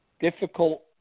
difficult